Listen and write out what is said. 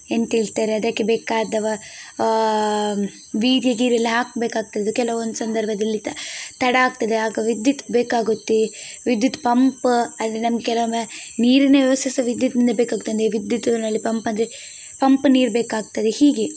ಎಂತ ಹೇಳ್ತಾರೆ ಅದಕ್ಕೆ ಬೇಕಾದವ ಎಲ್ಲ ಹಾಕ್ಬೇಕಾಗ್ತದೆ ಕೆಲವೊಂದು ಸಂದರ್ಭದಲ್ಲಿ ತಡ ಆಗ್ತದೆ ಆಗ ವಿದ್ಯುತ್ ಬೇಕಾಗುತ್ತೆ ವಿದ್ಯುತ್ ಪಂಪ್ ಅದು ನಮಗೆ ಕೆಲವೊಮ್ಮೆ ನೀರಿನ ವ್ಯವಸ್ಥೆ ಸಹ ವಿದ್ಯುತ್ನಿಂದ ಬೇಕಾಗುತ್ತೆ ಅಂದರೆ ವಿದ್ಯುತ್ನಲ್ಲಿ ಪಂಪ್ ಅಂದರೆ ಪಂಪ್ ನೀರು ಬೇಕಾಗ್ತದೆ ಹೀಗೆ